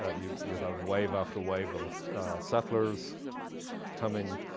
ah you you have wave after wave of settlers coming,